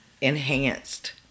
enhanced